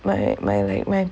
my my like my